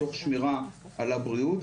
תוך שמירה על הבריאות.